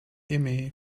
aimé